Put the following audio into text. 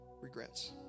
regrets